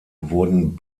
wurden